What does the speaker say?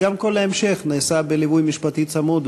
וגם כל ההמשך נעשה בליווי משפטי צמוד,